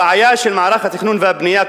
הבעיה של מערך התכנון והבנייה,